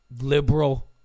Liberal